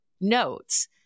notes